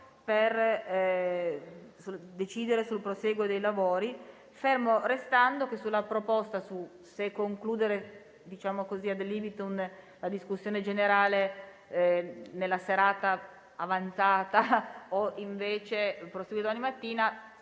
per decidere sul prosieguo dei lavori, fermo restando che, sulla proposta se concludere la discussione generale nella serata avanzata o se invece proseguire domani mattina,